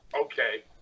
okay